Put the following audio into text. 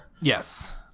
Yes